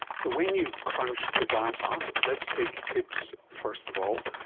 so when you crunched the data, let's take hips first of all,